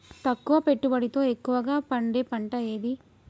తక్కువ పెట్టుబడితో ఎక్కువగా పండే పంట ఏది?